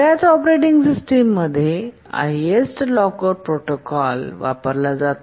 बर्याच ऑपरेटिंग सिस्टममध्ये highest locker protocol वापरला जातो